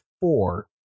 four